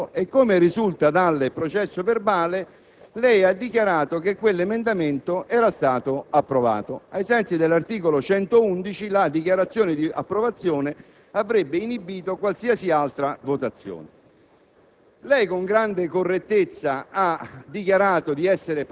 Ad un certo punto, lei ha messo in votazione un emendamento e, come risulta dal processo verbale, ha dichiarato che era stato approvato. Ai sensi dell'articolo 111 del Regolamento, la dichiarazione di approvazione avrebbe inibito qualsiasi altra votazione.